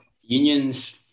unions